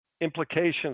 implications